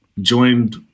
joined